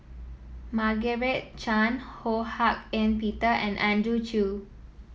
Margaret Chan Ho Hak Ean Peter and Andrew Chew